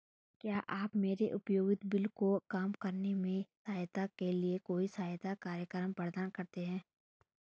क्या आप मेरे उपयोगिता बिल को कम करने में सहायता के लिए कोई सहायता कार्यक्रम प्रदान करते हैं?